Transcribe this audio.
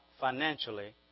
Financially